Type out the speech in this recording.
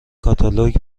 کاتالوگ